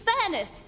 fairness